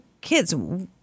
Kids